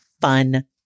fun